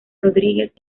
rodríguez